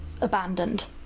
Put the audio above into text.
abandoned